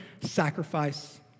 sacrifice